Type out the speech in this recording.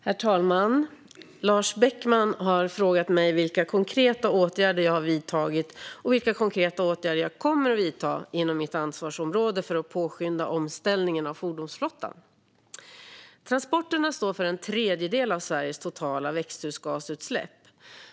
Herr talman! har frågat mig vilka konkreta åtgärder jag har vidtagit och vilka konkreta åtgärder jag kommer att vidta inom mitt ansvarsområde för att påskynda omställningen av fordonsflottan. Transporter står för en tredjedel av Sveriges totala växthusgasutsläpp.